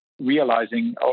realizing